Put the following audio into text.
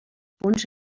punts